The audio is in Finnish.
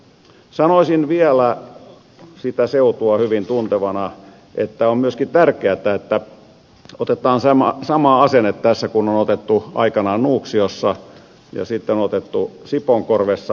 sanoisin vielä sitä seutua hyvin tuntevana että on myöskin tärkeätä että otetaan sama asenne tässä kuin on otettu aikanaan nuuksiossa ja on otettu sipoonkorvessa